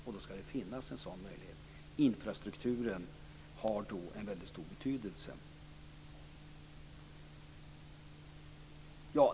Då skall det finnas en sådan möjlighet. Infrastrukturen har då en mycket stor betydelse.